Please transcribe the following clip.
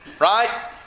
right